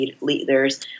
leaders